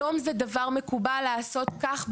היום זה דבר מקובל לעשות כך.